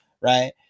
Right